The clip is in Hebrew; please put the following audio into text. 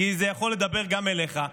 וזה יכול לדבר גם אליך,